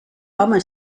home